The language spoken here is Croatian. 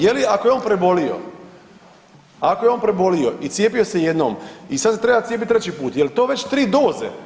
Je li ako je on prebolio, ako je on prebolio i cijepio se jednom i sada se treba cijepiti treći put jel' to već tri doze?